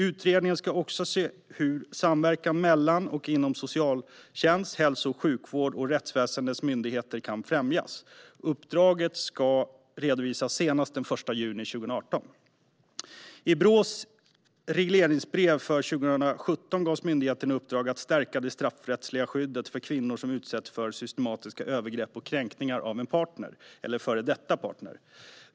Utredningen ska också se hur samverkan mellan och inom socialtjänst, hälso och sjukvård och rättsväsendets myndigheter kan främjas. Uppdraget ska redovisas senast den 1 juni 2018. I Brås regleringsbrev för 2017 gavs myndigheten i uppdrag att stärka det straffrättsliga skyddet för kvinnor som utsätts för systematiska övergrepp och kränkningar av en partner eller före detta partner.